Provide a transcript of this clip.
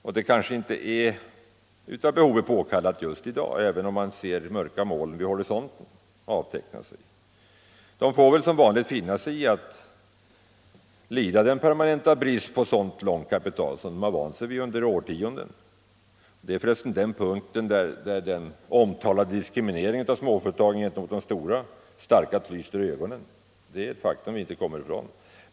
Nej, några sådana är kanske inte påkallade just i dag, även om man ser mörka moln avteckna sig vid horisonten. De här företagen får väl finna sig i att lida den permanenta brist på långfristigt kapital som de har vant sig vid under årtionden. Det är för övrigt på den punkten som den omtalade diskrimineringen av småföretagen gentemot de stora företagen starkast lyser i ögonen. Det är ett faktum som vi inte kommer ifrån.